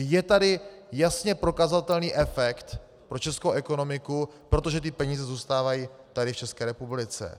Je tady jasně prokazatelný efekt pro českou ekonomiku, protože ty peníze zůstávají tady v České republice.